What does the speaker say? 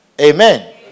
Amen